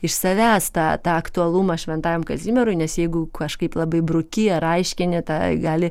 iš savęs tą tą aktualumą šventajam kazimierui nes jeigu kažkaip labai bruki ar aiškini tave gali